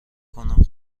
کنم